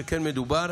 שכן מדובר